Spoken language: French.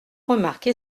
remarqué